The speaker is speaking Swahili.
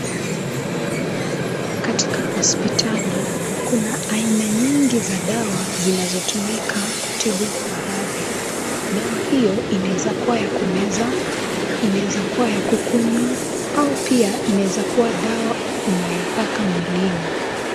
Katika hospitali, kuna aina nyingi za dawa zinazotumika kutibu maradhi. Dawa hiyo inaweza kuwa ya kumeza, inaweza kuwa ya kukunywa, au pia inaweza kuwa dawa unayopaka mwilini.